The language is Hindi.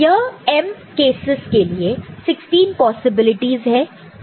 तो यह M केसेस के लिए 16 पॉसिबिलिटीज है